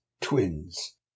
twins